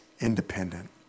independent